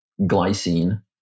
glycine